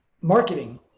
marketing